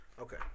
Okay